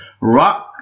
rock